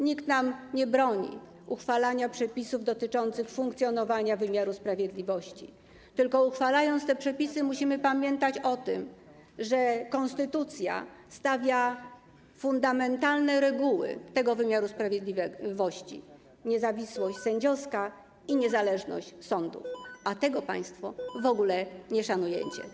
Nikt nam nie broni uchwalania przepisów dotyczących funkcjonowania wymiaru sprawiedliwości, tylko uchwalając te przepisy, musimy pamiętać o tym, że konstytucja stawia fundamentalne reguły tego wymiaru sprawiedliwości: niezawisłość sędziowska i niezależność sądów, a tego państwo w ogóle nie szanujecie.